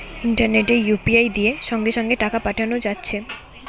ইন্টারনেটে ইউ.পি.আই দিয়ে সঙ্গে সঙ্গে টাকা পাঠানা যাচ্ছে